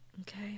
Okay